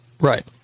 Right